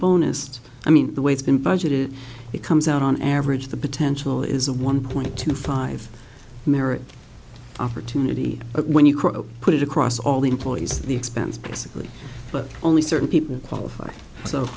is i mean the way it's been budgeted it comes out on average the potential is of one point two five merit opportunity when you put it across all the employees the expense basically but only certain people